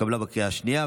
התקבלה בקריאה השנייה.